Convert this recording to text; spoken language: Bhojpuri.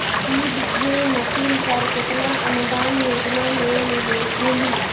सीड ड्रिल मशीन पर केतना अनुदान योजना में मिली?